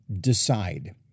decide